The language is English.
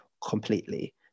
completely